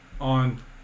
on